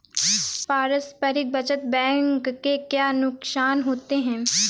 पारस्परिक बचत बैंक के क्या नुकसान होते हैं?